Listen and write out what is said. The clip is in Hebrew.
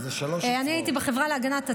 אני הייתי בחברה להגנת הטבע,